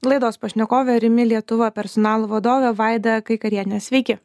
laidos pašnekovė rimi lietuva personalo vadovė vaida kaikarienė sveiki